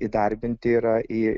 įdarbinti yra į